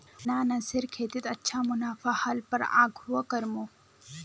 अनन्नासेर खेतीत अच्छा मुनाफा ह ल पर आघुओ करमु